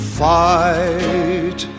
fight